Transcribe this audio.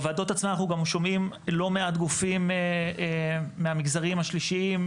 בוועדות עצמן אנחנו גם שומעים לא מעט גופים מהמגזרים השלישיים,